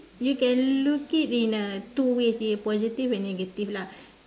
you can look it in uh two ways in positive and negative lah